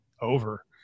over